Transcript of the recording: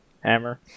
hammer